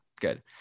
Good